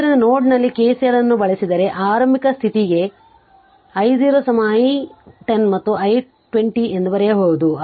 ಆದ್ದರಿಂದ ನೋಡ್ನಲ್ಲಿ KCL ಅನ್ನು ಬಳಸಿದರೆ ಆರಂಭಿಕ ಸ್ಥಿತಿಗೆ i 0 i 1 0 ಮತ್ತು i 2 0 ಎಂದು ಬರೆಯಬಹುದು